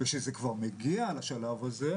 אנחנו צריכים את המשטרה,